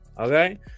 Okay